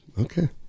Okay